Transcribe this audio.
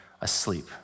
asleep